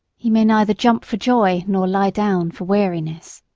he may neither jump for joy nor lie down for weariness.